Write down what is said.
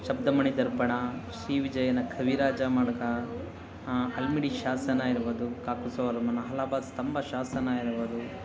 ಶಬ್ದಮಣಿ ದರ್ಪಣ ಶ್ರೀ ವಿಜಯನ ಕವಿರಾಜ ಮಾರ್ಗ ಹಲ್ಮಿಡಿ ಶಾಸನ ಇರ್ಬೋದು ಕಾಕುತ್ಸವರ್ಮನ ಹಲಬ ಸ್ತಂಭ ಶಾಸನ ಇರ್ಬೋದು